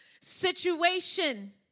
situation